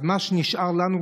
אז מה שנשאר לנו,